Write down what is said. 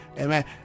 amen